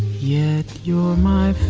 yet your mind.